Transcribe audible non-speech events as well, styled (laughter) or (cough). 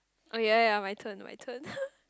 oh ya ya ya my turn my turn (laughs)